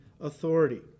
authority